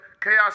Chaos